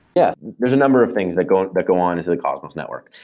yeah. there's a number of things that go and that go on into the cosmos network.